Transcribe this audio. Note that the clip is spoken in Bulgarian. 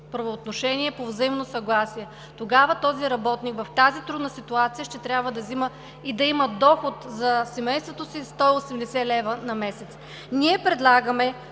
правоотношения по взаимно съгласие. Тогава този работник в тази трудна ситуация ще трябва да взима и да има доход за семейството си 180 лв. на месец. Ние предлагаме